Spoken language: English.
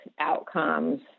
outcomes